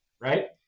Right